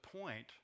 point